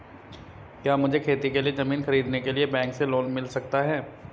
क्या मुझे खेती के लिए ज़मीन खरीदने के लिए बैंक से लोन मिल सकता है?